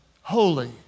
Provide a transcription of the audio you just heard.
holy